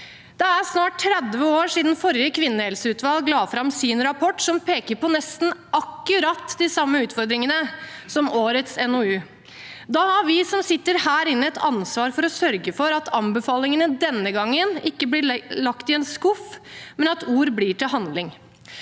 Det er snart 30 år siden forrige kvinnehelseutvalg la fram sin rapport, som peker på nesten akkurat de samme utfordringene som årets NOU. Da har vi som sitter her inne, et ansvar for å sørge for at anbefalingene ikke blir lagt i en skuff denne gangen, men at ord blir til handling.